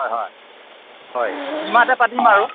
হয় হয় হয় দিমাতে পাতিম আৰু